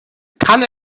kann